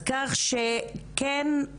כך שכן,